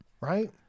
Right